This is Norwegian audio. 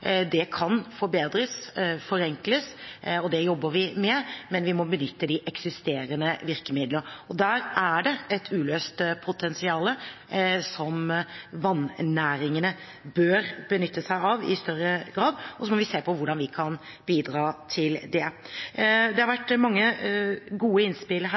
Det kan forbedres og forenkles, og det jobber vi med. Men vi må benytte de eksisterende virkemidlene, og der er det et uløst potensial som vann-næringene bør benytte seg av i større grad. Så må vi se på hvordan vi kan bidra til det. Det har vært mange gode innspill her,